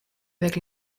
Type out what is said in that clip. avec